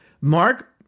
Mark